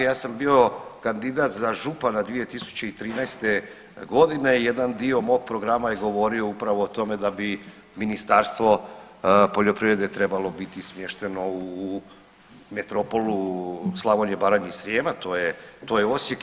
Ja sam bio kandidat za župana 2013.g. i jedan dio mog programa je govorio upravo o tome da bi Ministarstvo poljoprivrede trebalo biti smješteno u metropolu Slavonije, Baranje i Srijema, to je Osijek.